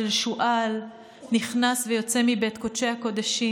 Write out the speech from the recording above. שועל נכנס ויוצא מבית קודשי הקודשים.